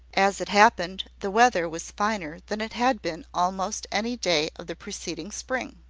as it happened, the weather was finer than it had been almost any day of the preceding spring.